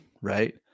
Right